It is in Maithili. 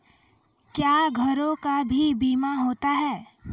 क्या घरों का भी बीमा होता हैं?